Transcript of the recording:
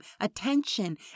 attention